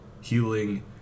healing